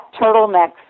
turtlenecks